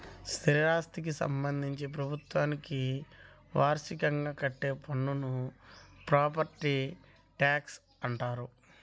స్థిరాస్థికి సంబంధించి ప్రభుత్వానికి వార్షికంగా కట్టే పన్నును ప్రాపర్టీ ట్యాక్స్గా అంటారు